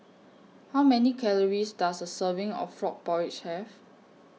How Many Calories Does A Serving of Frog Porridge Have